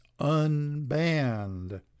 Unbanned